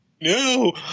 No